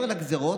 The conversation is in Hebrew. שמעבר לגזרות,